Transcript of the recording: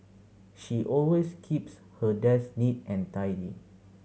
she always keeps her desk neat and tidy